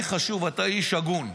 לי חשוב, אתה איש הגון,